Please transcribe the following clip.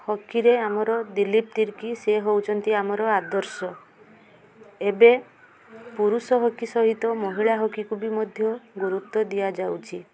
ହକିରେ ଆମର ଦିଲ୍ଲୀପ୍ ତିର୍କୀ ସେ ହେଉଛନ୍ତି ଆମର ଆଦର୍ଶ ଏବେ ପୁରୁଷ ହକି ସହିତ ମହିଳା ହକିକୁ ବି ମଧ୍ୟ ଗୁରୁତ୍ୱ ଦିଆଯାଉଛି